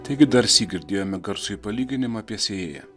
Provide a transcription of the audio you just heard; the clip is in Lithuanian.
taigi darsyk girdėjome garsųjį palyginimą apie sėją